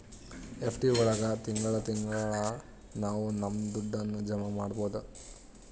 FD ಒಳಗ ತಿಂಗಳ ತಿಂಗಳಾ ನಾವು ನಮ್ ದುಡ್ಡನ್ನ ಜಮ ಮಾಡ್ಬೋದು